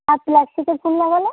আর প্লাস্টিকের ফুল লাগালে